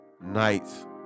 nights